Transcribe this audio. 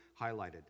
highlighted